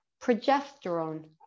progesterone